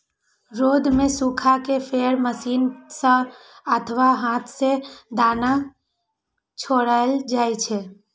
रौद मे सुखा कें फेर मशीन सं अथवा हाथ सं दाना छोड़ायल जाइ छै